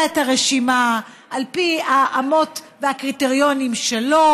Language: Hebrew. את הרשימה על פי אמות והקריטריונים שלו,